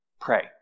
Pray